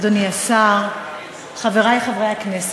אדוני השר, חברי חברי הכנסת,